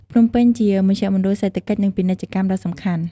ភ្នំពេញជាមជ្ឈមណ្ឌលសេដ្ឋកិច្ច និង ពាណិជ្ជកម្មដ៏សំខាន់។